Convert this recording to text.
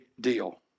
deal